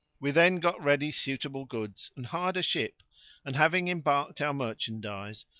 we then got ready suitable goods and hired a ship and, having embarked our merchandise,